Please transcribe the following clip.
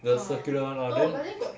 the circular [one] lah ah then